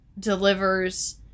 delivers